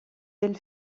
del